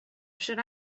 should